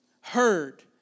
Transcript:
heard